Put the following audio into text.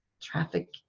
traffic